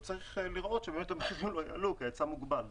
צריך לראות שבאמת המחירים לא יעלו כי ההיצע מוגבל.